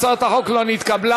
הצעת החוק לא נתקבלה.